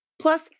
Plus